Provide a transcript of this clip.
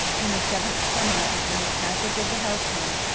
in the seventh summer after his passage of the hellespont,